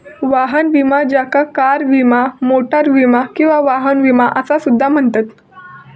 वाहन विमा ज्याका कार विमा, मोटार विमा किंवा वाहन विमा असा सुद्धा म्हणतत